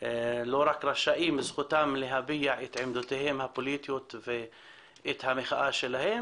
לא רק רשאים אלא זכותם להביע את עמדותיהם הפוליטיות ואת המחאה שלהם,